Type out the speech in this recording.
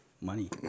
money